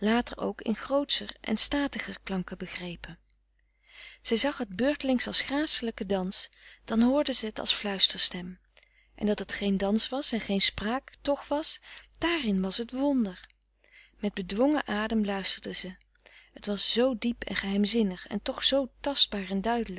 ook in grootscher en statiger klanken begrepen zij zag het beurtelings als gracelijke dans dan hoorde ze het als fluisterstem en dat het geen dans en geen spraak toch was daarin was het wonder met bedwongen adem luisterde ze het was zoo diep en geheimzinnig en toch zoo tastbaar en duidelijk